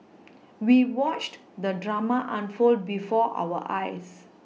we watched the drama unfold before our eyes